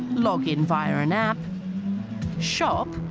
log in via an app shop